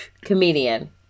comedian